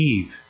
Eve